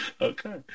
Okay